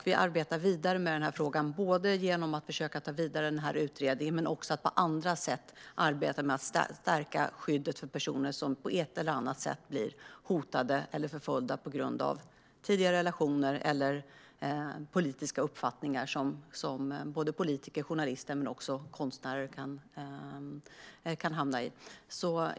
Vi arbetar vidare med den både genom att ta utredningen vidare och genom att på andra sätt stärka skyddet för personer som på ett eller annat sätt blir hotade eller förföljda på grund av tidigare relationer eller politiska uppfattningar, vilket såväl politiker som journalister och konstnärer kan drabbas av.